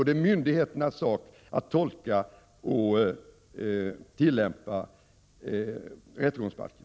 Det är myndigheternas sak att tolka och tillämpa rättegångsbalken.